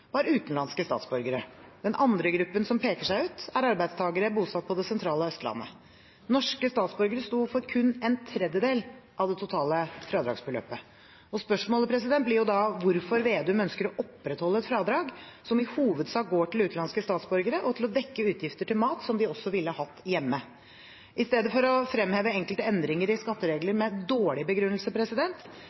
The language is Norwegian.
var utenlandske statsborgere. Den andre gruppen som peker seg ut, er arbeidstakere bosatt på det sentrale Østlandet. Norske statsborgere sto for kun en tredjedel av det totale fradragsbeløpet. Spørsmålet blir da: Hvorfor ønsker Slagsvold Vedum å opprettholde et fradrag som i hovedsak går til utenlandske statsborgere, og til å dekke utgifter til mat som de også ville hatt hjemme? Istedenfor å fremheve enkelte endringer i skatteregler med dårlig begrunnelse,